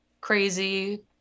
crazy